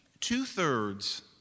two-thirds